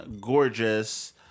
gorgeous